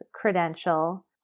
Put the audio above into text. credential